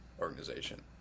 organization